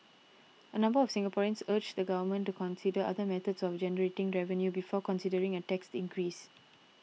a number of Singaporeans urged the government to consider other methods of generating revenue before considering a tax increase